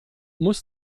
muss